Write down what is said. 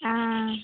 आं